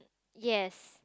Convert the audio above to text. yes